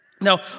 Now